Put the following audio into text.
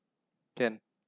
can